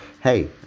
Hey